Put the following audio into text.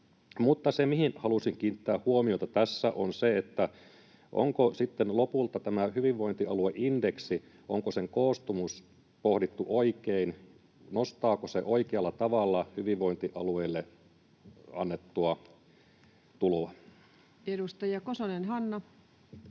se, mihin halusin kiinnittää huomiota tässä, on se, että onko sitten lopulta tämä hyvinvointialueindeksin koostumus pohdittu oikein, nostaako se oikealla tavalla hyvinvointialueille annettua tuloa. [Speech 61]